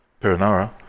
Perinara